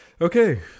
okay